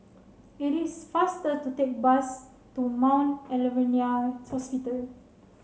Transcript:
it is faster to take bus to Mount Alvernia Hospital